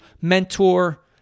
mentor